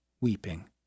weeping